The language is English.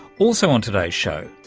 also on today's show,